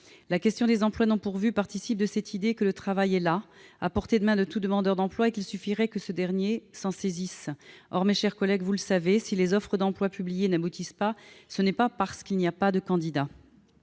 La question des emplois non pourvus participe de cette idée que le travail est là, à portée de main de tout demandeur d'emploi et qu'il suffirait que ce dernier s'en saisisse. Or, mes chers collègues, vous le savez, si les offres d'emploi publiées n'aboutissent pas, ce n'est pas parce qu'il n'y a pas de candidats.